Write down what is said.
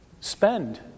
Spend